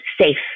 safe